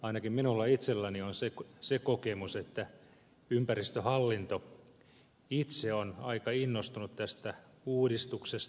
ainakin minulla itselläni on se kokemus että ympäristöhallinto itse on aika innostunut tästä uudistuksesta